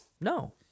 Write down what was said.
no